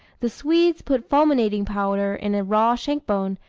the swedes put fulminating-powder in a raw shankbone,